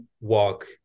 walk